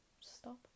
stop